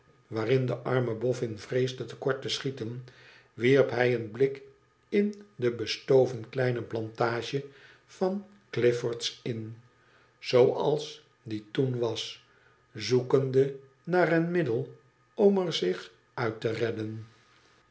waarin de arme boffin vreesde te kort te schieten wierp hij een blik in de bestoveft kleine plantage van cliffordslnn zooals die toen was zoekende naar een middel om er zich uit te redden